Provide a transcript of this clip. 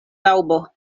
laŭbo